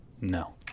No